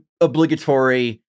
obligatory